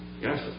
Yes